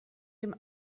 dem